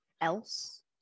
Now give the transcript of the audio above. else